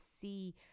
see